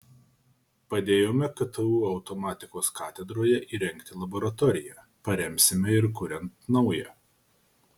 padėjome ktu automatikos katedroje įrengti laboratoriją paremsime ir kuriant naują